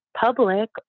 public